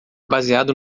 baseado